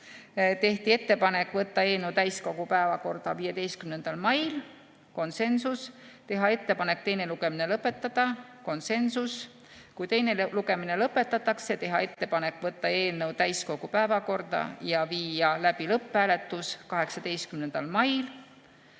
teha ettepanek võtta eelnõu täiskogu päevakorda 15. mail, konsensus; teha ettepanek teine lugemine lõpetada, konsensus; kui teine lugemine lõpetatakse, teha ettepanek võtta eelnõu täiskogu päevakorda ja viia läbi lõpphääletus 18. mail